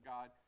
God